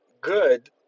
good